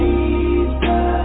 Jesus